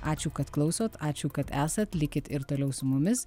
ačiū kad klausot ačiū kad esat likit ir toliau su mumis